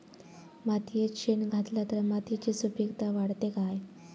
मातयेत शेण घातला तर मातयेची सुपीकता वाढते काय?